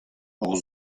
hor